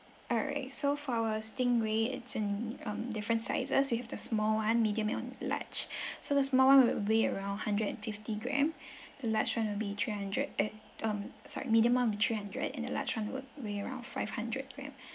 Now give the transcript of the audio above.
alright so for our stingray it's in um different sizes we have the small [one] medium and large so the small [one] will weigh around hundred and fifty gram the large [one] will be three hundred eh um sorry medium [one] will be three hundred and the large [one] would weigh around five hundred gram